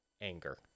anger